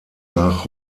nach